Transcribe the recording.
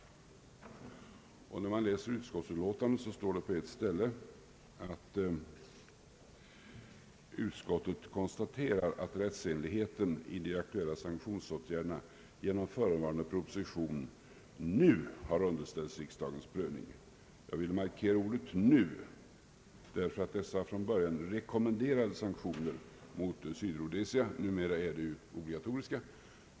I utskottsutlåtandet står det på ett ställe: »Utskottet finner sig i detta sammanhang endast böra konstatera att rättsenligheten i de aktuella sanktionsåtgärderna genom förevarande proposition nu har underställts riksdagens prövning.» Jag vill understryka ordet »nu», därför att dessa från början rekommenderade sanktioner mot Sydrhodesia numera är obligatoriska.